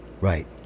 Right